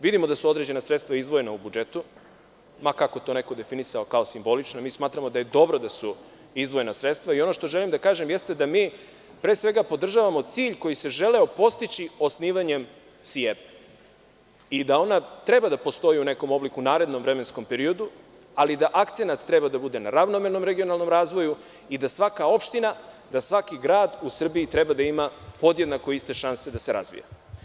Vidimo da su određena sredstava izdvojena u budžetu, ma kako to neko definisao kao simbolično, mi smatramo da je dobro da su izdvojena sredstva i ono što želim da kažem jeste da mi pre svega podržavamo cilj koji se želeo postići osnivanje SIEPA, i da ona treba da postoji u nekom narednom vremenskom periodu, ali akcenat treba da bude ravnomernom regionalnom razvoju i da svaka opština, da svaki grad u Srbiji treba da ima podjednako iste šanse da se razvija.